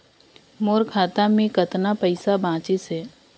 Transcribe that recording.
मोर खाता मे कतना पइसा बाचिस हे?